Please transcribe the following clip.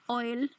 oil